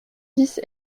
dix